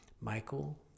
michael